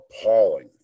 appalling